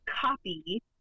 copy